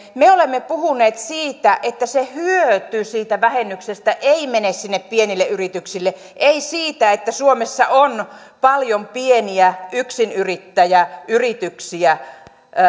me olemme puhuneet siitä että hyöty siitä vähennyksestä ei mene pienille yrityksille emme siitä että suomessa on paljon pieniä yksinyrittäjäyrityksiä